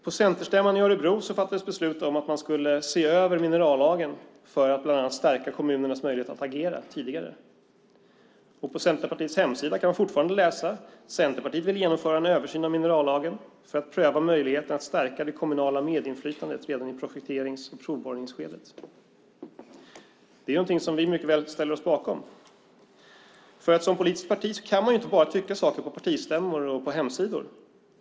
På centerstämman i Örebro fattades beslut om att man skulle se över minerallagen för att bland annat stärka kommunernas möjligheter att agera tidigare. På Centerpartiets hemsida kan man fortfarande läsa: Centerpartiet vill genomföra en översyn av minerallagen för att pröva möjligheten att stärka det kommunala medinflytandet redan i projekterings och provborrningsskedet. Det är någonting som vi mycket väl kan ställa oss bakom. Som politiskt parti kan man inte bara tycka saker på partistämmor och på hemsidor.